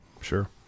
Sure